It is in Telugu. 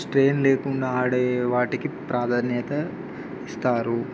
స్ట్రెయిన్ లేకుండా ఆడే వాటికి ప్రాధాన్యత ఇస్తారు